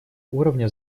уровня